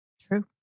True